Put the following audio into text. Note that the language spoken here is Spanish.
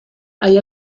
hay